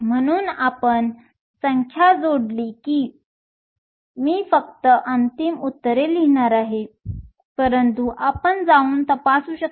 म्हणून एकदा आपण संख्या जोडली की मी फक्त अंतिम उत्तरे लिहिणार आहे परंतु आपण जाऊन तपासू शकता